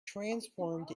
transformed